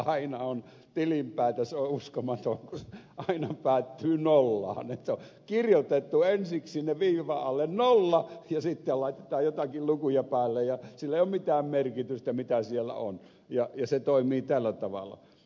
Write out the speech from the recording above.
aina on tilinpäätös uskomaton aina päättyy nollaan että on kirjoitettu ensiksi sinne viivan alle nolla ja sitten laitetaan joitakin lukuja päälle ja sillä ei ole mitään merkitystä mitä siellä on ja se toimii tällä tavalla